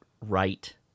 right